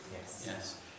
Yes